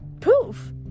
poof